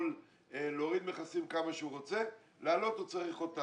תוך 21